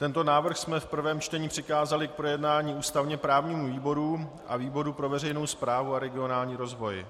Tento návrh jsme v prvém čtení přikázali k projednání ústavněprávnímu výboru a výboru pro veřejnou správu a regionální rozvoj.